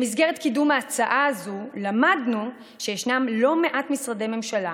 במסגרת קידום ההצעה הזו למדנו שיש לא מעט משרדי ממשלה